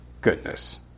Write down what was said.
Goodness